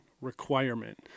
requirement